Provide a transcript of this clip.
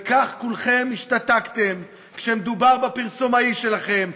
וכך כולכם השתתקתם כשמדובר בפרסומאי שלכם,